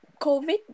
COVID